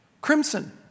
Crimson